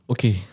Okay